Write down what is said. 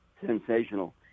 Sensational